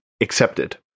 accepted